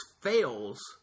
fails